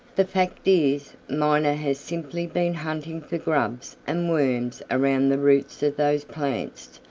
the fact is miner has simply been hunting for grubs and worms around the roots of those plants.